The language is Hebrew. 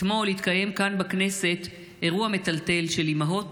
אתמול התקיים כאן, בכנסת, אירוע מטלטל של אימהות